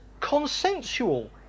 consensual